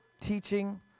teaching